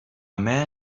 man